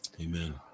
Amen